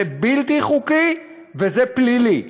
זה בלתי חוקי וזה פלילי.